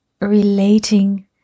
relating